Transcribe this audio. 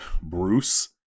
Bruce